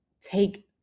take